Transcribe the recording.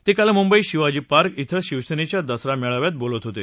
ते काल मुंबईत शिवाजी पार्क वें शिवसेनेच्या दसरा मेळाव्यात बोलत होते